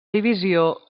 divisió